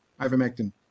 ivermectin